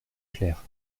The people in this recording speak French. clair